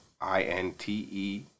I-N-T-E